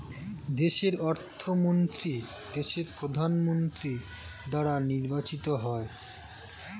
দেশের অর্থমন্ত্রী দেশের প্রধানমন্ত্রী দ্বারা নির্বাচিত হয়